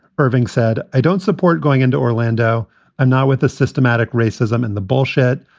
irving said. i don't support going into orlando and not with the systematic racism and the bullshit.